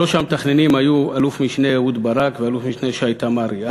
בראש המתכננים היו אלוף משנה אהוד ברק ואלוף משנה שי תמרי.